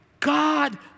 God